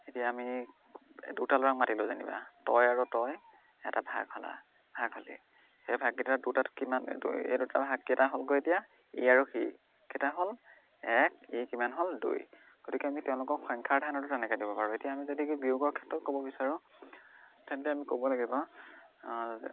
এতিয়া আমি দুটা ল'ৰাক মাতিলোঁ যেনিবা তই আৰু তই এটা ভাগ হ'লা ভাগ হ'লি সেই ভাগকেইটা দুটাত কিমান এইটো এই দুটা ভাগ কেইটা হ'লগৈ এতিয়া ই আৰু সি কেইটা হ'ল এক ই কিমান হ'ল দুই গতিকে আমি তেওঁলোকক সংখ্যাৰ ধাৰণাটো তেনেকৈ দিব পাৰোঁ এতিয়া আমি যদি কি বিয়োগৰ ক্ষেত্ৰত ক'ব বিচাৰোঁ তেন্তে আমি ক'ব লাগিব